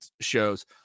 shows